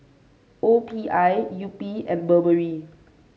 O P I Yupi and Burberry